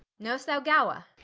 know'st thou gower?